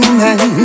man